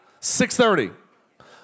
6.30